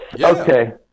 Okay